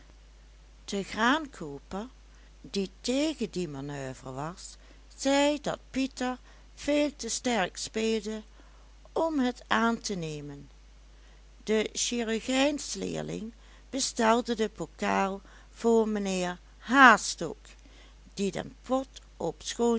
de graankooper die tegen die manoeuvre was zei dat pieter veel te sterk speelde om het aan te nemen de chirurgijnsleerling bestelde de bokaal voor mijnheer hastok die den pot op